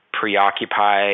preoccupied